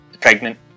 pregnant